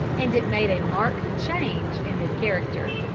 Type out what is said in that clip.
and it made a marked change in his character.